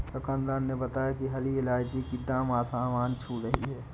दुकानदार ने बताया कि हरी इलायची की दाम आसमान छू रही है